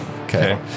Okay